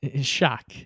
Shock